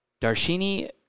Darshini